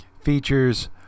features